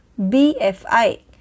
BFI